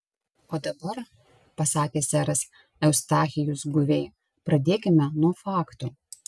o dabar pasakė seras eustachijus guviai pradėkime nuo faktų